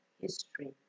history